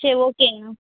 சரி ஓக்கேங்க